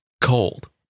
cold